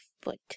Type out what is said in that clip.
foot